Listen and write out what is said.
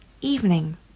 evening